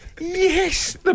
yes